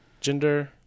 gender